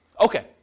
Okay